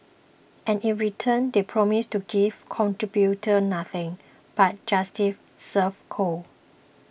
and in return they promise to give contributors nothing but justice served cold